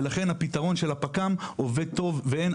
ולכן הפתרון של הפק"מ עובד טוב; אין